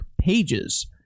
pages